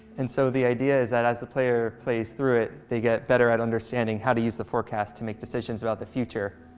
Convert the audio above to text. and so the idea is that as a player plays through it, they get better at understanding how to use the forecast to make decisions about the future,